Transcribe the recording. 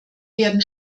werden